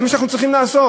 זה מה שאנחנו צריכים לעשות.